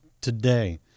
today